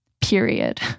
Period